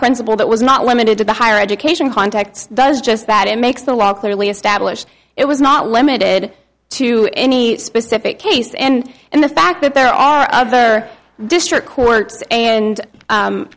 principle that was not limited to the higher education contacts does just that it makes the law clearly established it was not limited to any specific case and and the fact that there are other district courts and